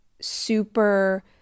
super